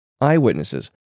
Eyewitnesses